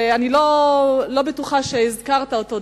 אני לא בטוחה שהזכרת אותו,